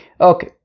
Okay